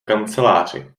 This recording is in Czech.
kanceláři